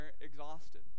exhausted